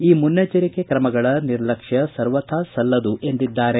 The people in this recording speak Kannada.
ಈ ಮುನ್ನೆಚ್ವರಿಕೆಯ ತ್ರಮಗಳ ನಿರ್ಲಕ್ಷ್ಮ ಸರ್ವಥಾ ಸಲ್ಲದು ಎಂದಿದ್ದಾರೆ